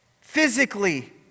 physically